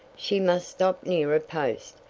she must stop near a post,